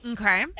Okay